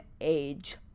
age